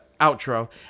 outro